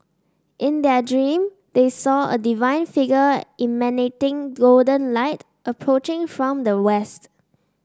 in their dream they saw a divine figure emanating golden light approaching from the west